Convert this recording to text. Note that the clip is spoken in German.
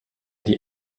die